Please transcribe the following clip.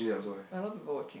got a lot of people watching